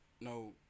no